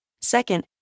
Second